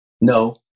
No